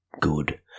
good